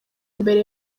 imbere